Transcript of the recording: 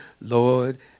Lord